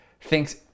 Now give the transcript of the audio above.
thinks